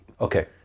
Okay